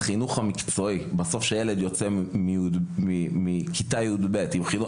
על ילד שיוצא מכיתה י״ב עם חינוך מקצועי,